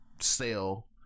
sell